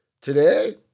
today